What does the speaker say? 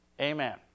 Amen